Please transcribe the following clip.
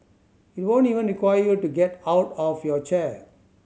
it won't even require you to get out of your chair